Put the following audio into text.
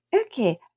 Okay